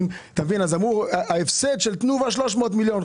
אמרו שההפסד של תנובה הוא 300 מיליון.